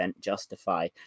justify